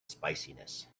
spiciness